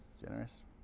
generous